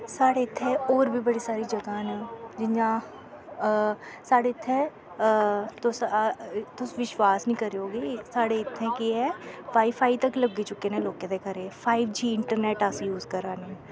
साढ़े इत्थें होर बी बड़ी सारी जगां न जियां साढ़े इत्थें तुस तुस विशवास निं करेयो की साढ़े इत्थें केह् ऐ वाईफाई तक लग्गी चुक्के नै लोकें दे घरें फाईव जी इंटरनेट अस जूस करा ने